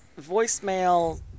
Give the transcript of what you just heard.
voicemail